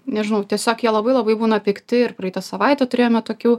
nežinau tiesiog jie labai labai būna pikti ir praeitą savaitę turėjome tokių